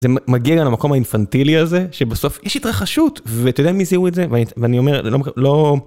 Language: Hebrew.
זה מגיע גם למקום האינפנטילי הזה, שבסוף יש התרחשות, ואתה יודע מי זיהו את זה? ואני אומר, לא...